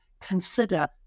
consider